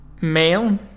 male